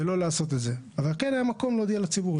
אבל כן היה מקום להודיע לציבור,